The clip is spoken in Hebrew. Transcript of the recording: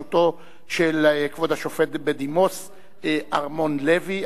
המאחזים בראשותו של כבוד השופט בדימוס אדמונד לוי.